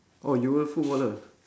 oh you were a footballer